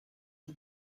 hun